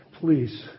please